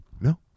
no